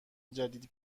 جدید